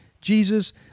Jesus